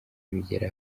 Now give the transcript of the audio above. bigera